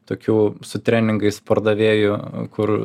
tokių su treningais pardavėjų kur